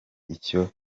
ico